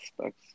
specs